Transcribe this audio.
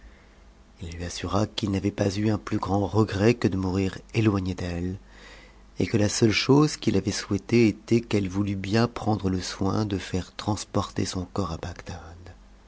il lui assura qu'il n'avait pas eu un plus grand regret que de mourir éloigné d'elle et que la seule chose qu'il avait souhaitée était qu'elle voulût bien prendre le soin de faire transporter son corps